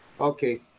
Okay